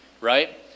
right